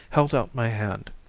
held out my hand.